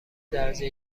درجه